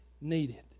needed